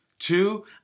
Two